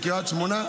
-- ובקריית שמונה.